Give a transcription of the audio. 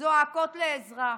זועקות לעזרה,